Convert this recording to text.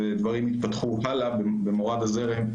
ודברים התפתחו הלאה במורד הזרם,